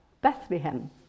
Bethlehem